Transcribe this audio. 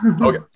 Okay